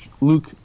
Luke